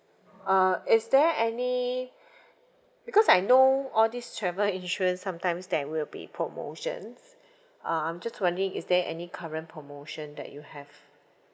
uh is there any because I know all these travel insurance sometimes there will be promotions uh I'm just wondering is there any current promotion that you have